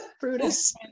Brutus